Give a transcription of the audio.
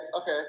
Okay